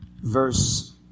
verse